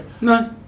No